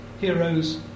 Heroes